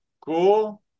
cool